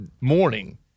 morning